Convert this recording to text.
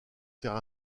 faire